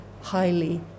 highly